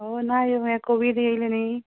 ऑ ना येवंक हें कोवीड आयलें न्हय